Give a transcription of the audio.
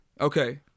okay